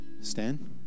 Stan